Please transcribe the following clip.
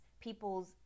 people's